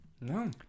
No